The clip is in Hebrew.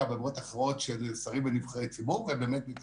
ועבירות אחרות של שרים ונבחרי ציבור ובאמת זה מתפקידו.